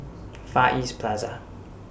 Far East Plaza